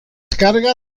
descarga